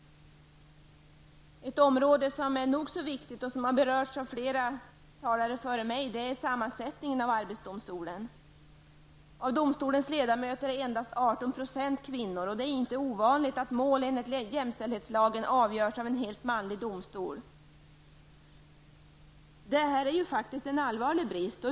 Ett område som är nog så viktigt och som har berörts av flera talare före mig är arbetsdomstolens sammansättning. Av domstolens ledamöter är endast 18 % kvinnor, och det är inte ovanligt att mål enligt jämställdhetslagen avgörs av en helt manlig domstol. Det här är faktiskt en allvarlig brist.